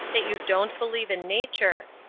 that you don't believe in nature.